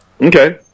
Okay